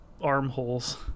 armholes